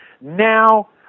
Now